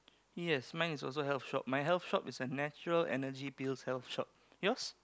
yes mine is also a health shop my health shop is a natural Energy Pills health shop